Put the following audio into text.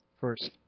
first